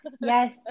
yes